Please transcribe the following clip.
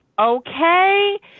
okay